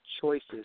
choices